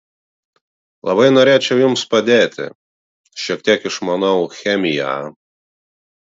labai norėčiau jums padėti šiek tiek išmanau chemiją